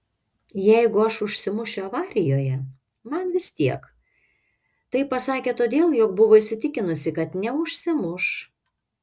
jeigu aš užsimušiu avarijoje man vis tiek tai pasakė todėl jog buvo įsitikinusi kad neužsimuš